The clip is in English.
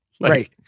Right